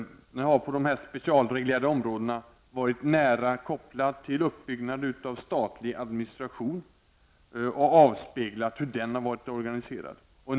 Den har på de specialreglerade områdena varit nära kopplad till uppbyggnaden av statlig administration och avspeglat hur den har varit organiserad.